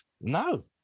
No